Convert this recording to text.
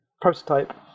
prototype